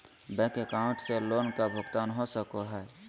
Bank account से loan का भुगतान हो सको हई?